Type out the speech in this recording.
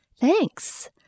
thanks